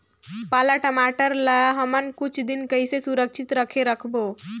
पाला टमाटर ला हमन कुछ दिन कइसे सुरक्षित रखे सकबो?